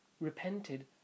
repented